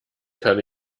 kann